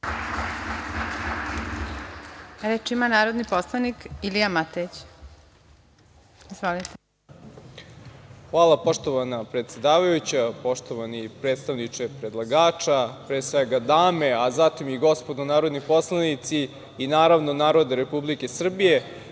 Ilija Matejić. Izvolite. **Ilija Matejić** Hvala, poštovana predsedavajuća. Poštovani predstavniče predlagača, pre svega dame, a zatim i gospodo narodni poslanici i naravno narode Republike Srbije,